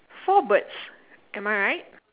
four birds am I right